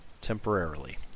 temporarily